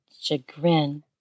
chagrin